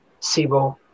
SIBO